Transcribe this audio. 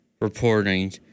reporting